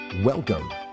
Welcome